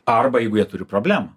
arba jeigu jie turi problemų